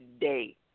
day